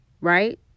Right